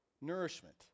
nourishment